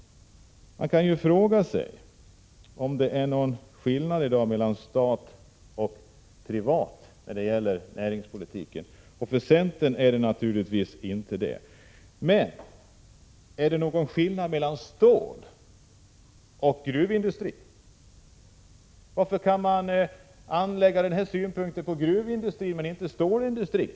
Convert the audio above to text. Man kan fråga sig om det i dag är någon skillnad mellan statlig och privat företagssamhet när det gäller regionalpolitiken. För centern är det naturligtvis inte det. Men är det någon skillnad mellan stålindustrin och gruvindustrin? Varför anlägger centern dessa synpunkter på gruvindustrin men inte på stålindustrin?